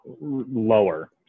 lower